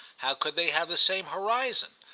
how could they have the same horizon?